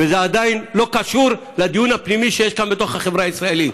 וזה עדיין לא קשור לדיון הפנימי שיש לנו בתוך החברה הישראלית.